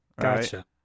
gotcha